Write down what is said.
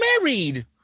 married